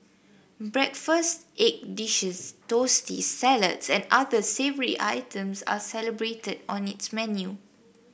breakfast egg dishes toasties salads and other savoury items are celebrated on its menu